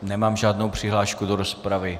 Nemám žádnou přihlášku do rozpravy.